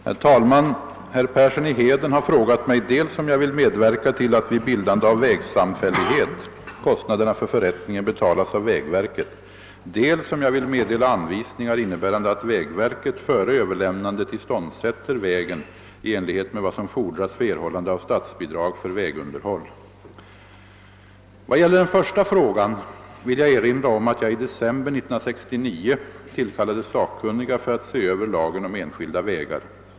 Herr talman! Herr Persson i Heden har frågat mig dels om jag vill medverka till att vid bildande av vägsamfällighet kostnaderna för förrättningen beta las av vägverket, dels om jag vill meddela anvisningar innebärande att vägverket före överlämnandet iståndsätter vägen i enlighet med vad som fordras för erhållande av statsbidrag för vägunderhåll. Vad gäller den första frågan vill jag erinra om att jag i december 1969 tillkallade sakkunniga för att se över lagen om enskilda vägar.